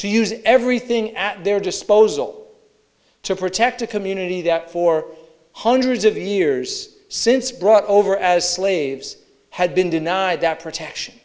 to use everything at their disposal to protect a community that for hundreds of years since brought over as slaves had been denied that protection